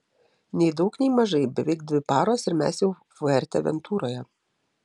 nei daug nei mažai beveik dvi paros ir mes jau fuerteventuroje